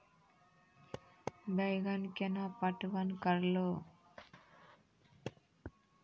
बैंगन केना पटवन करऽ लो?